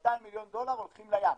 ש-200 מיליון דולר הולכים לים.